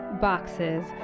Boxes